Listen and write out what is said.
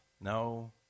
no